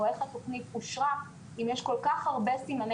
או איך התוכנית אושרה אם יש כל כך הרבה סימני